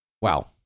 Wow